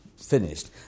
finished